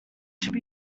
should